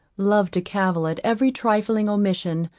love to cavil at every trifling omission,